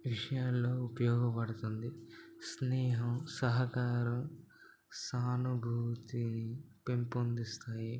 విషయంలో ఉపయోగపడుతుంది స్నేహం సహకారం సానుభూతిని పెంపొందిస్తాయి